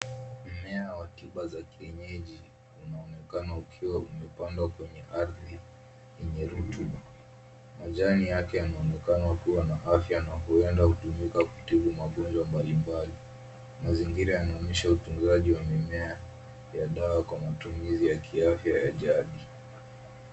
Mmea wa tiba za kienyeji unaonekana ukiwa umepandwa kwenye ardhi yenye rutuba. Majani yake yanaonekana kuwa na afya na huenda hutumika kutibu magonjwa mbalimbali. Mazingira yanaonyesha utunzaji wa mimea ya dawa kwa matumizi ya kiafya ya jamii.